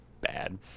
bad